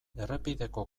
errepideko